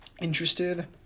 interested